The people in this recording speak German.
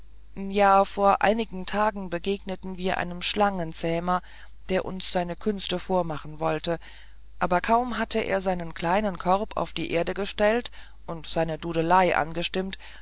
ja vor einigen tagen begegneten wir einem schlangenzähmer der uns seine künste vormachen wollte aber kaum hatte er seinen kleinen korb auf die erde gestellt und seine dudelei angestimmt